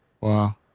Wow